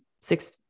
six